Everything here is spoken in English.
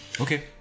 Okay